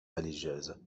religieuse